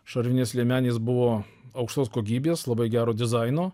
šarvinės liemenės buvo aukštos kokybės labai gero dizaino